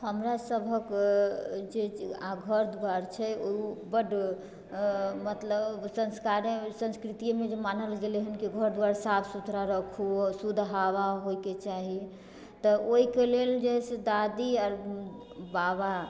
हमरा सभक जे आब घर द्वार छै उ बड मतलब संस्कारे संस्कृतिमे जे मानल गेलै हँ जे घर द्वार साफ सुथरा रखू शुद्ध हवा होइके चाही तऽ ओयके लेल जे से दादी आर बाबा